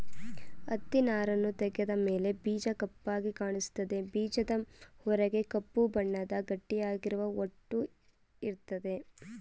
ಹತ್ತಿನಾರನ್ನು ತೆಗೆದ ಮೇಲೆ ಬೀಜ ಕಪ್ಪಾಗಿ ಕಾಣಿಸ್ತದೆ ಬೀಜದ ಹೊರಗೆ ಕಪ್ಪು ಬಣ್ಣದ ಗಟ್ಟಿಯಾಗಿರುವ ಹೊಟ್ಟು ಇರ್ತದೆ